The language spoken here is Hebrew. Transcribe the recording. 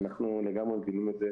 ואנחנו לגמרי מבינים את זה